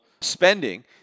spending